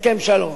הסכם שלום.